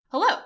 Hello